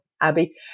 Abby